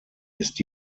ist